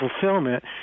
fulfillment